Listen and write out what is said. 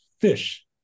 fish